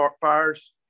fires